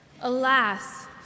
Alas